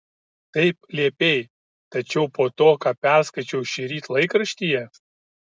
taip liepei tačiau po to ką perskaičiau šįryt laikraštyje